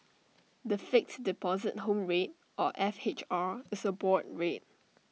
the Fixed Deposit Home Rate or F H R is A board rate